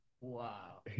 Wow